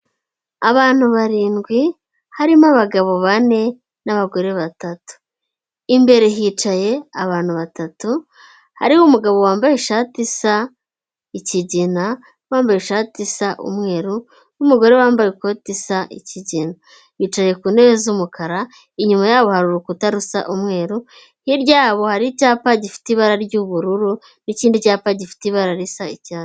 Abantu barindwi, harimo abagabo bane n'abagore batatu. Imbere hicaye abantu batatu, hariho umugabo wambaye ishati isa ikigina n'uwambaye ishati isa umweru, n'umugore wambaye ikoti isa ikigina. Bicaye ku ntebe z'umukara, inyuma yabo hari urukuta rusa umweru, hiryabo hari icyapa gifite ibara ry'ubururu, n'ikindi cyapa gifite ibara risa icyatsi.